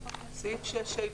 סעיף 6(ה)?